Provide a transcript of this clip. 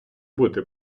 бути